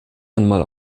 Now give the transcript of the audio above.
einmal